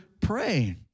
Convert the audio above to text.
praying